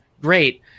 Great